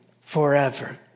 forever